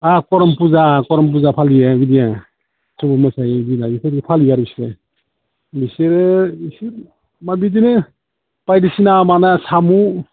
करम पुजा करम पुजा फालियो बिदि आरो झुमुर मोसायो बेफोरबायदि फालियो आरो बिसोरो बिसोरो मा बिदिनो बायदिसिना माने साम'